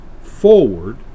forward